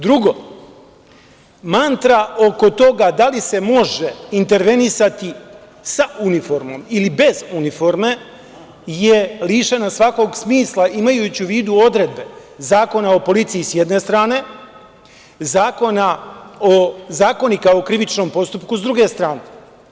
Drugo, mantra oko toga da li se može intervenisati sa uniformom ili bez uniforme je lišena svakog smisla, imajući u vidu odredbe Zakona o policiji, s jedne strane, Zakonika o krivičnom postupku, s druge strane.